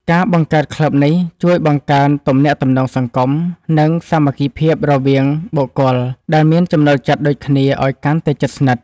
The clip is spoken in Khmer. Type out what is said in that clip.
ការបង្កើតក្លឹបនេះ ជួយបង្កើនទំនាក់ទំនងសង្គម និងសាមគ្គីភាពរវាងបុគ្គលដែលមានចំណូលចិត្តដូចគ្នាឱ្យកាន់តែជិតស្និទ្ធ។